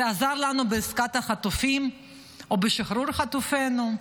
זה עזר לנו בעסקת החטופים או בשחרור חטופינו?